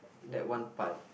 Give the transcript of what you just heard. that one part